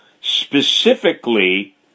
Specifically